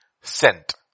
sent